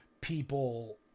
people